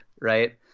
right